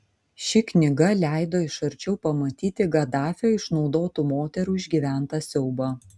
ši knyga leido iš arčiau pamatyti gaddafio išnaudotų moterų išgyventą siaubą